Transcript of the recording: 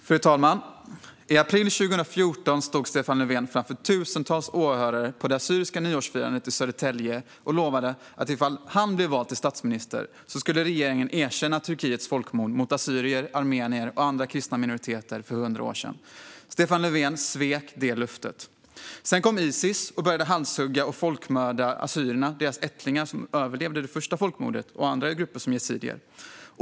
Fru talman! I april 2014 stod Stefan Löfven framför tusentals åhörare på det assyriska nyårsfirandet i Södertälje och lovade att regeringen, om han blev vald till statsminister, skulle erkänna Turkiets folkmord på assyrier, armenier och andra kristna minoriteter för hundra år sedan. Stefan Löfven svek det löftet. Sedan kom Isis och började halshugga och folkmörda assyrierna - ättlingarna till dem som överlevde det första folkmordet - och andra grupper, som yazidier.